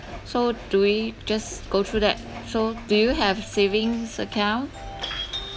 so do we just go through that so do you have savings account